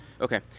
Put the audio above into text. Okay